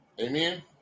Amen